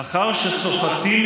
שר המשפטים,